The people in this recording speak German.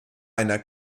einer